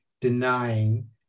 denying